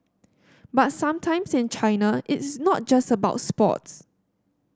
but sometimes in China it's not just about sports